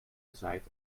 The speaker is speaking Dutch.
gezaaid